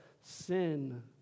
sin